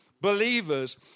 believers